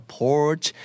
porch